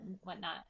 whatnot